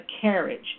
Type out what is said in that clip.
carriage